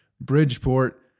Bridgeport